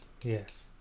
Yes